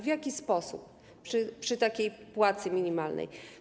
W jaki sposób przy takiej płacy minimalnej?